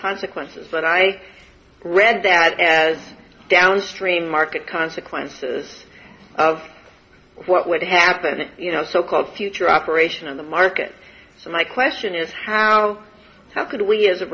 consequences but i read that as downstream market consequences of what would happen if you know so called future operation of the market so my question is how how could we as a